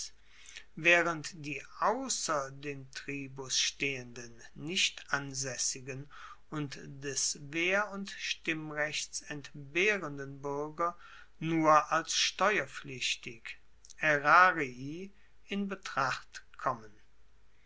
waehrend die ausser den tribus stehenden nicht ansaessigen und des wehr und stimmrechts entbehrenden buerger nur als steuerpflichtig aerarii in betracht kommen